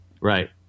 Right